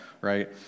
right